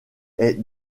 est